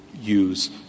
use